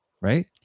right